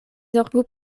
zorgu